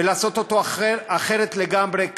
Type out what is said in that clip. ולעשות אותו אחרת לגמרי,